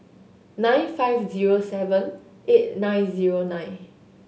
nine five zero seven eight nine zero nine